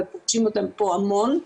ופוגשים אותם פה המון.